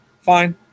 fine